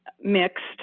mixed